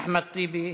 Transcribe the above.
אחמד טיבי,